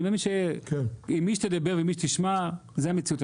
אני מאמין שעם מי שתדבר ועם מי שתשמע, זו המציעות.